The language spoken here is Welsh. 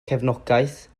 cefnogaeth